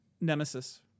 Nemesis